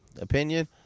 Opinion